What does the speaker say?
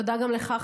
תודה גם לך,